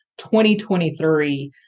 2023